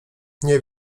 nie